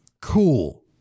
Cool